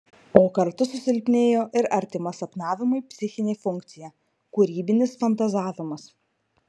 o kartu susilpnėjo ir artima sapnavimui psichinė funkcija kūrybinis fantazavimas